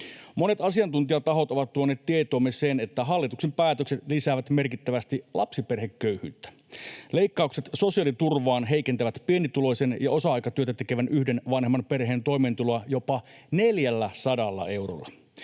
Monet asiantuntijatahot ovat tuoneet tietoomme sen, että hallituksen päätökset lisäävät merkittävästi lapsiperheköyhyyttä. Leikkaukset sosiaaliturvaan heikentävät pienituloisen ja osa-aikatyötä tekevän yhden vanhemman perheen toimeentuloa jopa 400 eurolla.